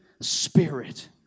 Spirit